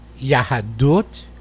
Yahadut